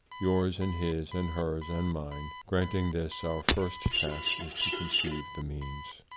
yours and his and hers and mine. granting this, our first task is to conceive the means.